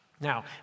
Now